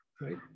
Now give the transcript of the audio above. right